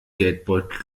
geldbeutel